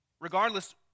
Regardless